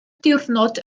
diwrnod